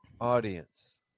Audience